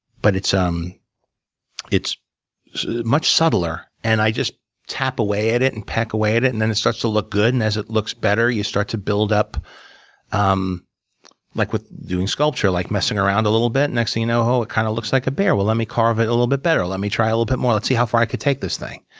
but it's um it's much subtler. and i just tap away at it, and peck away at it, and then it starts to look good, and then as it looks better, you start to build up um like with doing sculpture, like messing around a little bit. the next thing you know, oh, it kind of looks like a bear. well, let me carve it a little bit better. let me try it a little bit more. let's see how far i could take this thing.